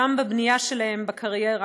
גם בבנייה שלהם את הקריירה,